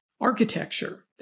architecture